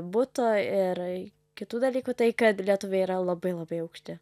buto ir kitų dalykų tai kad lietuviai yra labai labai aukšti